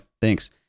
Thanks